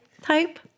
type